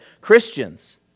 Christians